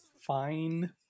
fine